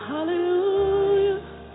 Hallelujah